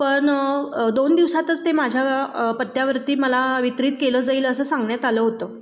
पण दोन दिवसातच ते माझ्या पत्त्यावरती मला वितरित केलं जाईल असं सांगण्यात आलं होतं